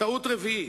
טעות רביעית,